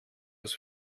aus